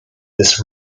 this